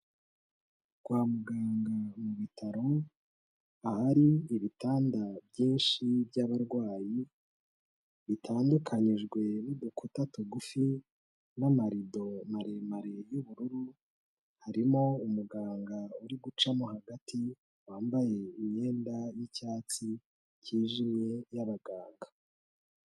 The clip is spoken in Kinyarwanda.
Kwa muganga mu bitaro, ahari ibitanda byinshi by'abarwayi, bitandukanyijwe n'udukuta tugufi n'amarido maremare y'ubururu, harimo umuganga uri gucamo hagati wambaye imyenda y'icyatsi cyijimye y'abaganga.